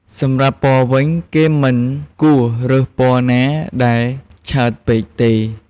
សម្រាប់់ពណ៌វិញ គេមិនគួររើសពណ៌ណាដែលឆើតពេកទេ។